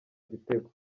gitego